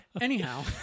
Anyhow